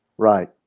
Right